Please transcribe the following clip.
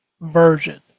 version